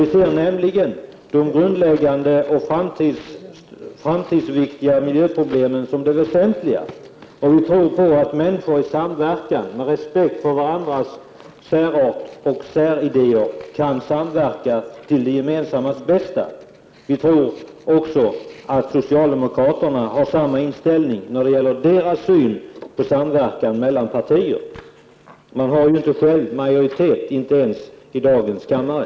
Vi ser nämligen de grundläggande och framtidsviktiga miljöproblemen som de väsentliga och tror på att människor i samverkan, med respekt för varandras särart och idéer, kan samverka till det gemensammas bästa. Jag tror att socialdemokraterna har samma syn på samverkan mellan partier. De har ju inte själva majoritet, inte ens i dagens kammare.